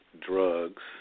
drugs